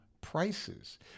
prices